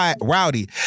rowdy